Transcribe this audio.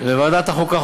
בוועדת החוקה,